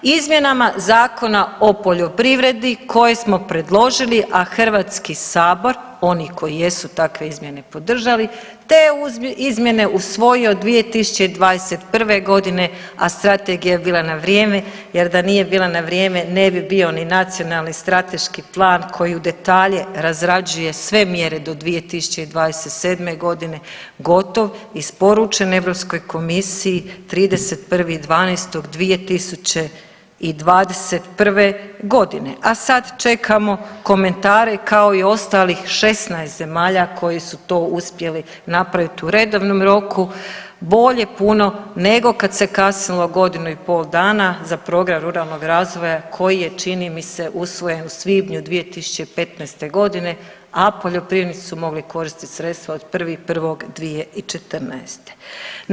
Izmjenama Zakona o poljoprivredi koji smo predložili, a Hrvatski sabor oni koji jesu takve izmjene podržali, te izmjene usvojio 2021. godine, a strategija je bila na vrijeme jer da nije bila na vrijeme ne bi bio ni Nacionalni strateški plan koji u detalje razrađuje sve mjere do 2027. godine gotov, isporučen Europskoj komisiji 31.12.2021. godine a sad čekamo komentare kao i ostalih 16 zemalja koji su to uspjeli napraviti u redovnom roku bolje puno nego kad se kasnilo godinu i pol dana za program ruralnog razvoja koji je čini mi se usvojen u svibnju 2015. godine, a poljoprivrednici su mogli koristiti sredstva od 1.1.2014.